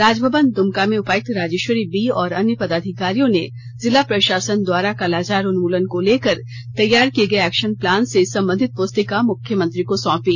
राजभवन दुमका में उपायुक्त राजेश्वरी बी और अन्य पदाधिकारियों ने जिला प्रशासन द्वारा कालाजार उन्मूलन को लेकर तैयार किए गए एक्शन प्लान से संबंधित पुस्तिका मुख्यमंत्री को सौंपी